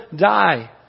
die